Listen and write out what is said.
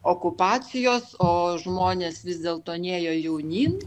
okupacijos o žmonės vis dėlto nėjo jaunyn